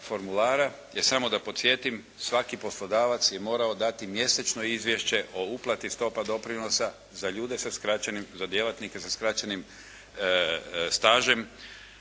Jer samo da podsjetim, svaki poslodavac je morao dati mjesečno izvješće o uplati stopa doprinosa za ljude sa skraćenim, za djelatnike sa skraćenim stažem,